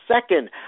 second